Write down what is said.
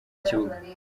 kibuga